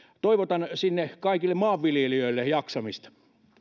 toivotan kaikille maanviljelijöille jaksamista